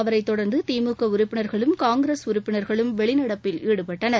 அவரை தொடர்ந்து திமுக உறுப்பினர்களும் காங்கிரஸ் உறுப்பினர்களும் வெளிநடப்பில் ஈடுபட்டனர்